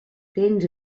tens